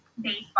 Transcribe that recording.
baseball